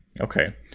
Okay